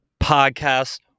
Podcast